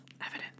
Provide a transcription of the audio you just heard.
Evidence